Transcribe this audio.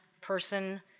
person